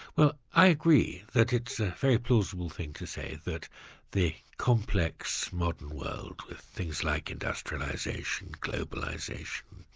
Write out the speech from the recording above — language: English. well i agree that it's a very plausible thing to say that the complex modern world with things like industrialisation, globalisation,